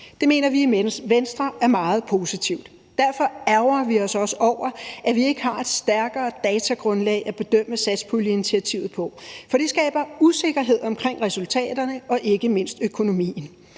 Det mener vi i Venstre er meget positivt. Derfor ærgrer vi os også over, at vi ikke har et stærkere datagrundlag at bedømme satspuljeinitiativet på, for det skaber usikkerhed omkring resultaterne og ikke mindst økonomien.